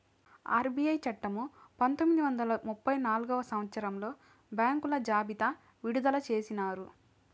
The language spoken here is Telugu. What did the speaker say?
ఆర్బీఐ చట్టము పంతొమ్మిది వందల ముప్పై నాల్గవ సంవచ్చరంలో బ్యాంకుల జాబితా విడుదల చేసినారు